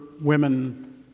women